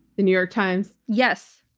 the new york times? yes.